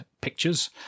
pictures